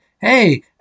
hey